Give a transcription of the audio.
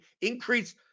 increase